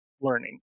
learning